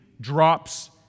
drops